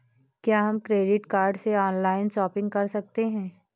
क्या हम credit card से ऑनलाइन शॉपिंग कर सकते हैं?